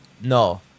No